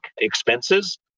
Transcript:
expenses